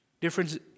Difference